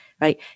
Right